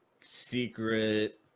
secret